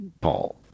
Paul